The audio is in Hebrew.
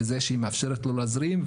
בזה שהיא מאפשרת לו להזרים,